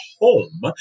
home